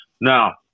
Now